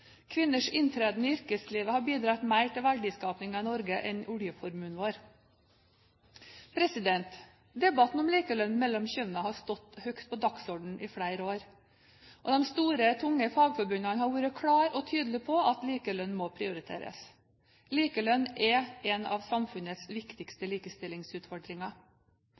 Kvinners inntreden i yrkeslivet har bidratt mer til verdiskapingen i Norge enn oljeformuen vår. Debatten om likelønn mellom kjønnene har stått høyt på dagsordenen i flere år. De store, tunge fagforbundene har vært klare og tydelige på at likelønn må prioriteres. Likelønn er en av samfunnets viktigste likestillingsutfordringer.